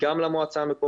גם למועצה המקומית,